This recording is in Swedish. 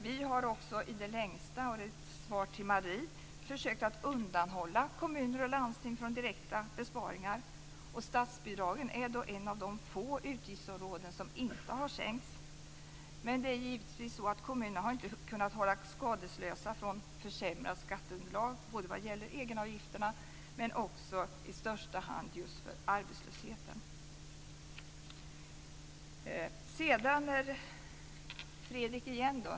Vi har också i det längsta, som ett svar till Marie, försökt att undanhålla kommuner och landsting från direkta besparingar. Statsbidragen är ett av de få utgiftsområden där det inte har gjorts minskningar. Men givetvis har kommunerna inte kunnat hållas skadeslösa när det gäller skatteunderlaget på grund av egenavgifterna men också och i första hand just på grund av arbetslösheten. Jag vänder mig till Fredrik igen.